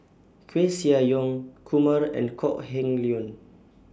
Koeh Sia Yong Kumar and Kok Heng Leun